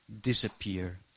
disappear